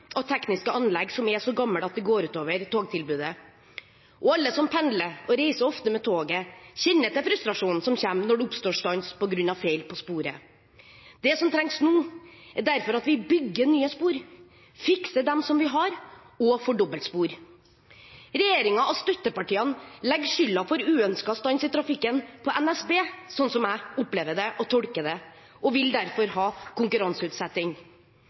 og tekniske anlegg som er så gamle at det går ut over togtilbudet. Alle som pendler og reiser ofte med toget, kjenner til frustrasjonen som kommer når det oppstår stans på grunn av feil på sporet. Det som trengs nå, er derfor at vi bygger nye spor, fikser dem vi har og får dobbeltspor. Regjeringen og støttepartiene legger skylden for uønsket stans i trafikken på NSB – som jeg opplever og tolker det – og vil derfor ha konkurranseutsetting.